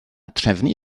trefnu